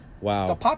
Wow